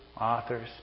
authors